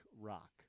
rock